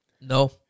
No